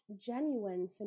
genuine